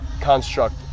Construct